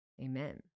Amen